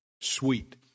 sweet